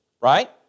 Right